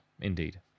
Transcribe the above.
indeed